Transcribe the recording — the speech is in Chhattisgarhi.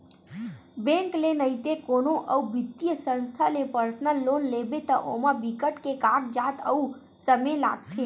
बेंक ले नइते कोनो अउ बित्तीय संस्था ले पर्सनल लोन लेबे त ओमा बिकट के कागजात अउ समे लागथे